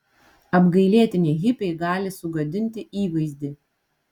apgailėtini hipiai gali sugadinti įvaizdį